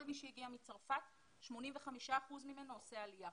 כל מי שהגיע מצרפת, 85 אחוזים מהם עושה עלייה.